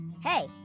Hey